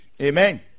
amen